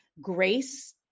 grace